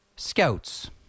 Scouts